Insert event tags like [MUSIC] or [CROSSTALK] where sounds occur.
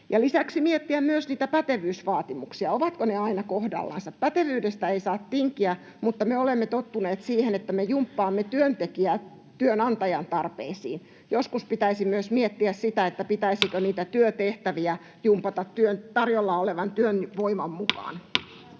tulisi miettiä myös pätevyysvaatimuksia, ovatko ne aina kohdallansa. Pätevyydestä ei saa tinkiä, mutta me olemme tottuneet siihen, että me jumppaamme työntekijää työnantajan tarpeisiin. Joskus pitäisi myös miettiä sitä, pitäisikö niitä [NOISE] työtehtäviä jumpata tarjolla olevan työvoiman mukaan.